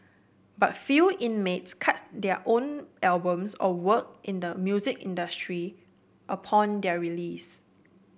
but few inmates cut their own albums or work in the music industry upon their release